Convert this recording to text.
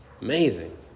Amazing